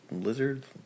lizards